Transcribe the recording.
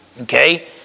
Okay